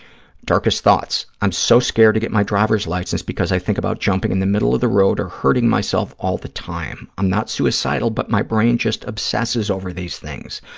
darkest thoughts. i'm so scared to get my driver's license because i think about jumping in the middle of the road or hurting myself all the time. i'm not suicidal but my brain just obsesses over these things.